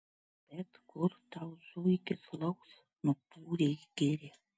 bet kur tau zuikis lauks nukūrė į girią